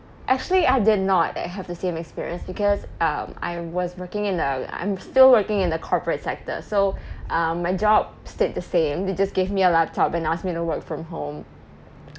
actually I did not have the same experience because um I was working in the I'm still working in the corporate sector so um my job stayed the same they just gave me a laptop and asked me to work from home